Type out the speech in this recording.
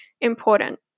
important